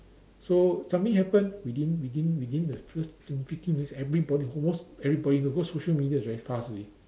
so something happen within within within the first two fifteen minutes everybody almost everybody because social media is very fast you see